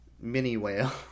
mini-whale